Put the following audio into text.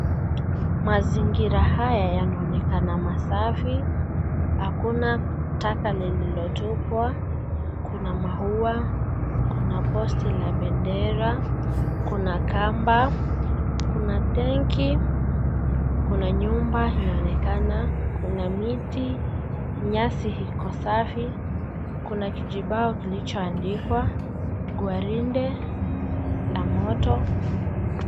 Mazingira haya yanaonekana masafi. Hakuna taka lililotupwa, kuna maua, kuna posti la bendera, kuna kamba, kuna tenki, kuna nyumba inaonekana, kuna miti, nyasi iko safi, kuna kijibao kilichoandikwa gwaride la moto.